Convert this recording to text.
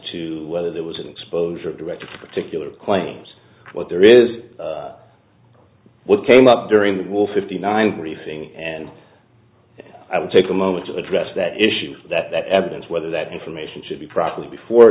to whether there was an exposure of direct particular claims but there is what came up during that will fifty nine briefing and i will take a moment to address that issue that that evidence whether that information should be processed before